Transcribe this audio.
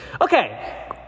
Okay